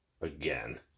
again